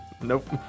nope